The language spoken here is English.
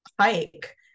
hike